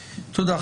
תודה.